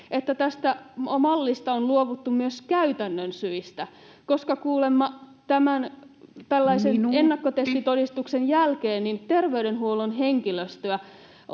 että tästä mallista on luovuttu myös käytännön syistä. Kuulemma tämän tällaisen [Puhemies: Minuutti!] ennakkotestitodistuksen jälkeen terveydenhuollon henkilöstöä